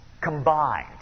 combined